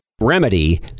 Remedy